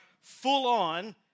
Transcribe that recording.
full-on